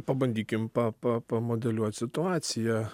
pabandykim pa pa pamodeliuot situaciją